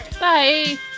Bye